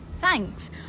Thanks